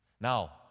Now